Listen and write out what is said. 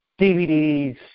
DVDs